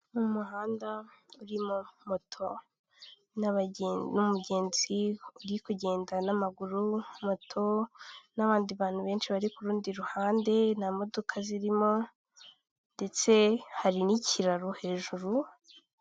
Mu muhanda urimo moto n'umugenzi uri kugenda n'amaguru, moto n'abandi bantu benshi bari ku rundi ruhande nta modoka zirimo ndetse hari n'ikiraro hejuru.